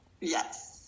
Yes